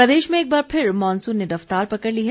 मौसम प्रदेश में एक बार फिर मॉनसून ने रफ्तार पकड़ ली है